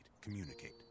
communicate